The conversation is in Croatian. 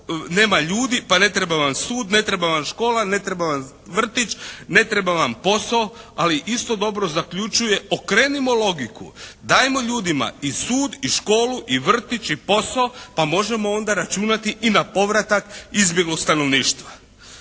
nema ljudi pa ne treba vam sud, ne treba vam škola, ne treba vam vrtić, ne treba vam posao ali isto dobro zaključuje okrenimo logiku, dajmo ljudima i sud, i školu, i vrtić, i posao pa možemo onda računati i na povratak izbjeglog stanovništva.